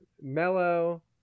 mellow